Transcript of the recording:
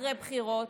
אחרי בחירות,